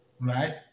right